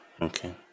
okay